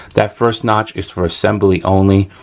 that first notch is for assembly only.